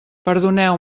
perdoneu